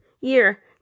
year